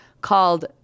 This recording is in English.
called